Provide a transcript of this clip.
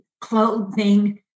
clothing